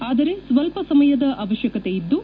ಆದರೆ ಸ್ವಲ್ಪ ಸಮಯದ ಅವಶ್ವಕತೆಯಿದ್ದು